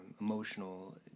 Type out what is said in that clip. emotional